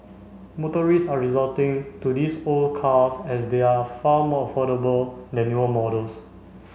motorist are resorting to these old cars as they are far more affordable than newer models